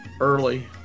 early